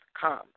come